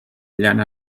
llana